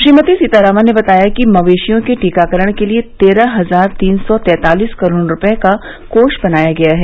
श्रीमती सीतारामन ने बताया कि मवेशियों के टीकाकरण के लिए तेरह हजार तीन सौ तैंतालीस करोड़ रूपये का कोष बनाया गया है